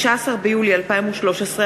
15 ביולי 2013,